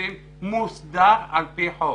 שיפוצים מוסדר על פי חוק.